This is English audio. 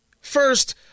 First